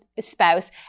spouse